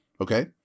Okay